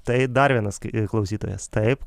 tai dar vienas skai klausytojas taip